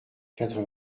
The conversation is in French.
quatre